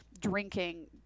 drinking